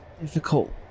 difficult